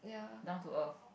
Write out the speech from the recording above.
down to earth